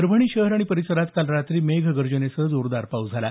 परभणी शहर आणि परिसरात काल रात्री मेघगर्जनेसह जोरदार पाऊस झाला